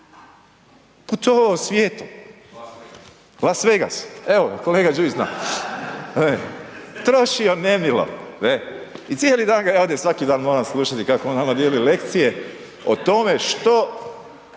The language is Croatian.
Las Vegas./ … Las VEgas, evo ga kolega Đujić zna, trošio nemilo i cijeli dan ga ja ovdje svaki dan moram slušati kako on nama dijeli lekcije o tome što